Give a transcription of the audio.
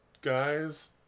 guys